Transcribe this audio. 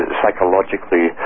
psychologically